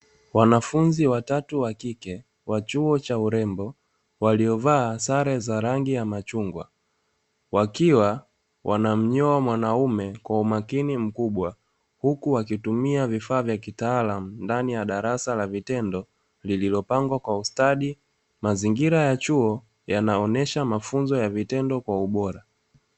Wanafunzi watatu wakike wa chuo cha urembo waliovaa sare za rangi ya machungwa, wakiwa wanamnyoa mwanaume kwa umakini mkubwa huku wakitumia vifaa vya kitaalamu ndani ya darasa la vitendo lililopangwa kwa ustadi, mazingira ya chuo yanaonyesho mafunzo ya vitendo kwa ubora.